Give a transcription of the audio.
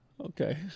Okay